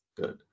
good